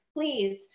please